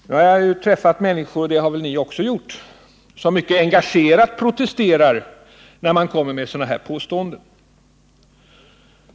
Jag har träffat många människor — och det har ni också gjort — som mycket Nr 109 engagerat protesterar när man kommer med sådana påståenden.